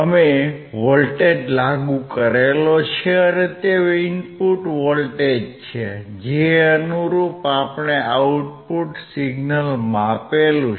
અમે વોલ્ટેજ લાગુ કરેલો છે અને તે ઇનપુટ વોલ્ટેજ છે જે અનુરુપ આપણે આઉટપુટ સિગ્નલ માપ્યું છે